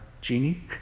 genie